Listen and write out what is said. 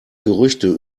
gerüchte